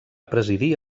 presidir